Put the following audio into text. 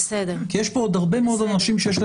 יש כאן עוד הרבה מאוד אנשים שיש להם